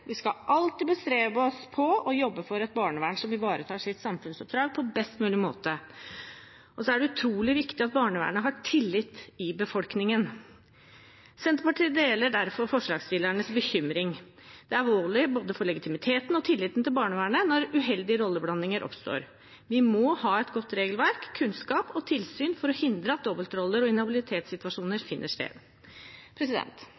vi skal alltid bestrebe oss på å jobbe for et barnevern som ivaretar sitt samfunnsoppdrag på best mulig måte. Det er utrolig viktig at barnevernet har tillit i befolkningen. Senterpartiet deler derfor forslagsstillernes bekymring. Det er alvorlig for både legitimiteten og tilliten til barnevernet når uheldige rolleblandinger oppstår. Vi må ha et godt regelverk, kunnskap og tilsyn for å hindre at dobbeltroller og inhabilitetssituasjoner